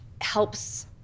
helps